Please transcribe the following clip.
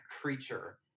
creature